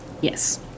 Yes